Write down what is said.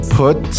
put